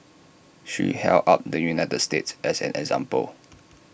she held up the united states as an example